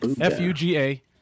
F-U-G-A